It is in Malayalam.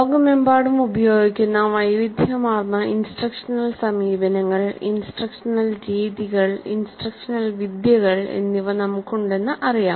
ലോകമെമ്പാടും ഉപയോഗിക്കുന്ന വൈവിധ്യമാർന്ന ഇൻസ്ട്രക്ഷണൽ സമീപനങ്ങൾ ഇൻസ്ട്രക്ഷണൽ രീതികൾ ഇൻസ്ട്രക്ഷണൽ വിദ്യകൾ എന്നിവ നമുക്കുണ്ടെന്ന് അറിയാം